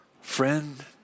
friend